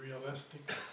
realistic